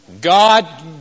God